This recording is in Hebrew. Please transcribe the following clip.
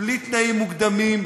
בלי תנאים מוקדמים,